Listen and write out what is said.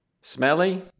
smelly